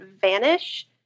vanish